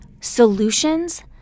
solutions